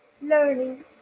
learning